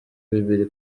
bibiri